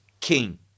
king